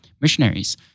missionaries